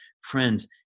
Friends